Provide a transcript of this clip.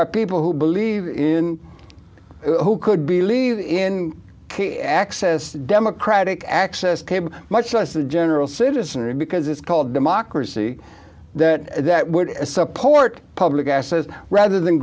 are people who believe in who could believe in access to democratic access cable much less the general citizenry because it's called democracy that that would support public access rather than